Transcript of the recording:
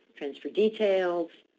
transfer details,